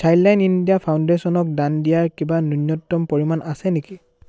Childline India ফাউণ্ডেচনক দান দিয়াৰ কিবা ন্যূনতম পৰিমাণ আছে নেকি